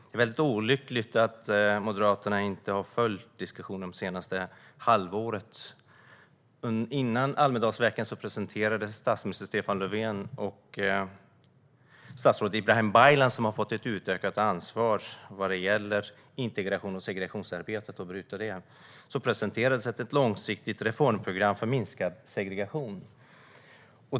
Det är väldigt olyckligt att Moderaterna inte har följt diskussionen under det senaste halvåret. Före Almedalsveckan presenterade statsminister Stefan Löfven och statsrådet Ibrahim Baylan - som har fått ett utökat ansvar vad gäller integrationsarbetet och att bryta segregationen - ett långsiktigt reformprogram för minskad segregation.